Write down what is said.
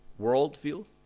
worldview